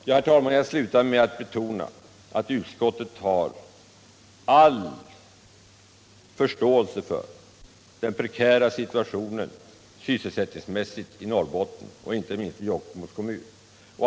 Jag slutar med att betona att utskottet har all förståelse för den prekära situationen sysselsättningsmässigt i Norrbotten och inte minst i Jokkmokks kommun.